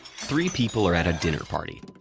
three people are at a dinner party.